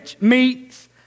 meets